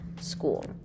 school